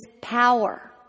power